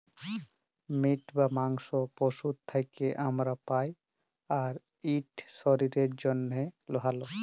meet বা মাংস পশুর থ্যাকে আমরা পাই, আর ইট শরীরের জ্যনহে ভাল